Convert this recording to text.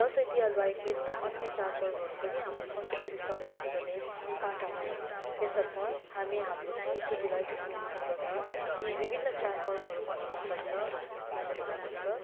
दसैँ तिहार बाहेक यस्ता अन्य चाडपर्वहरू पनि हाम्रो संस्कृति संरक्षण गर्ने पाटा हुन् यसर्थ हामी हाम्रो संस्कृतिलाई संरक्षण गर्न यी विभिन्न चाडपर्वहरू मनाउन पर्छ भन्ने मलाई लाग्छ